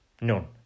none